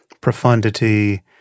profundity